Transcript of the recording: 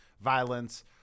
violence